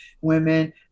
women